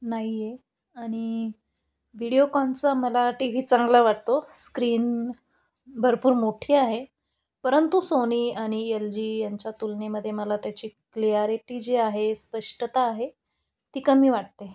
नाहीये आणि व्हिडिओकॉनचा मला टी व्ही चांगला वाटतो स्क्रीन भरपूर मोठी आहे परंतु सोनी आणि एल जी यांच्या तुलनेमध्ये मला त्याची क्लियारिटी जी आहे स्पष्टता आहे ती कमी वाटते